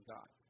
God